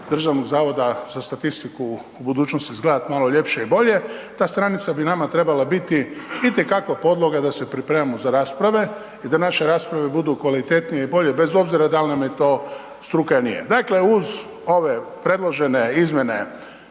Državnog zavoda za statistiku u budućnosti izgledat malo ljepše i bolje, ta stranica bi nama trebala biti i te kako podloga da se pripremamo za rasprave i da naše rasprave budu kvalitetnije i bolje bez obzira da li nam je to struka ili nije. Dakle, uz ove predložene izmjene